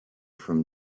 from